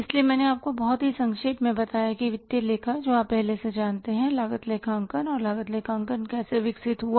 इसलिए मैंने आपको बहुत संक्षेप में बताया कि वित्तीय लेखा जो आप पहले से जानते हैं लागत लेखांकन और लागत लेखांकन कैसे विकसित हुआ